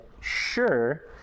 sure